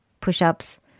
push-ups